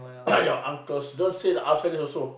your uncles you don't say lah outside this also